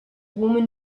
woman